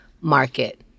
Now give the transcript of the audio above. market